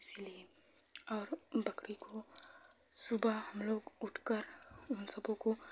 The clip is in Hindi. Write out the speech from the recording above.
इसलिए बकरी को सुबह हमलोग उठकर उन सबों को